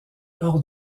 lors